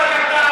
לבקש סליחה,